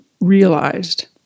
realized